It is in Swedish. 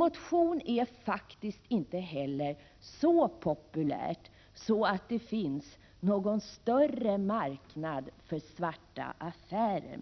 Motion är faktiskt inte heller så populär att det finns någon större marknad för svarta affärer.